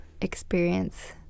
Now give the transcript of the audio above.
experience